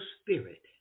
spirit